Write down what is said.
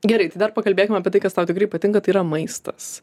gerai tai dar pakalbėkim apie tai kas tau tikrai patinka tai yra maistas